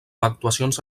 actuacions